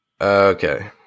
Okay